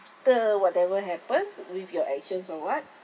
whatever happens with your actions or what